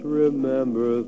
remember